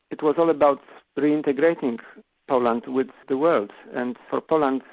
it was all about but reintegrating poland with the world, and for poland,